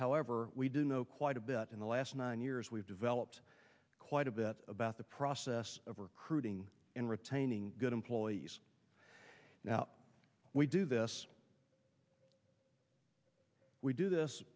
however we do know quite a bit in the last nine years we've developed quite a bit about the process of recruiting and retaining good employees now we do this we do this